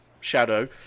shadow